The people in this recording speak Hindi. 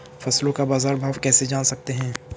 फसलों का बाज़ार भाव कैसे जान सकते हैं?